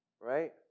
right